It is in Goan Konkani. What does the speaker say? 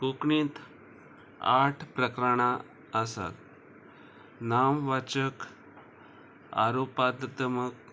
कोंकणींत आठ प्रकरणां आसात नांव वाचक आरोपादमक